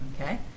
Okay